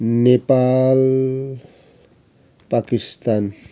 Nepal Pakistan